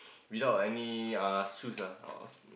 without any uh shoes ah or